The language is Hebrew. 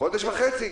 חודש וחצי,